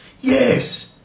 yes